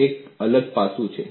તે એક અલગ પાસું છે